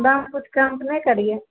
दाम किछु कम ने करियै